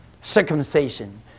circumcision